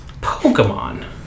Pokemon